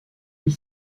est